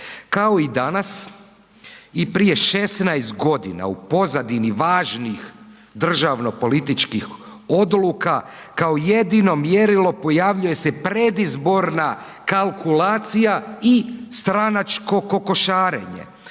Kao i danas i prije 16.g. u pozadini važnih državno političkih odluka kao jedino mjerilo pojavljuje se predizborna kalkulacija i stranačko kokošarenje